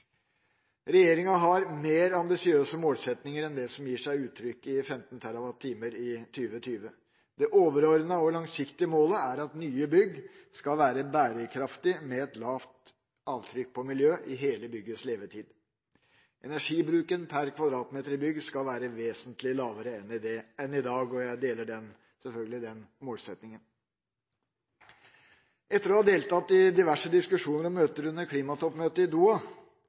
regjeringa. Regjeringa har mer ambisiøse målsettinger enn det som gir seg uttrykk i 15 TWh i 2020. Det overordnede og langsiktige målet er at nye bygg skal være bærekraftige med eit lavt avtrykk på miljø i hele byggets levetid. Energibruken per kvadratmeter i bygg skal være vesentlig lavere enn i dag. Jeg deler selvfølgelig den målsettingen. Etter å ha deltatt i diverse diskusjoner og møter under klimatoppmøtet i